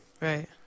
right